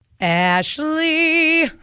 Ashley